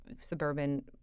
suburban